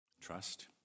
Trust